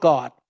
God